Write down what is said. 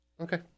Okay